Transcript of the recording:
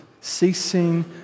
ceasing